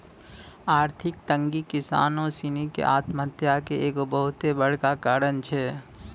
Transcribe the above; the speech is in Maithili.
आर्थिक तंगी किसानो सिनी के आत्महत्या के एगो बहुते बड़का कारण छै